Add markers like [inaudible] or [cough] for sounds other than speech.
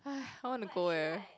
[breath] I want to go eh